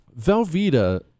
Velveeta